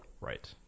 Right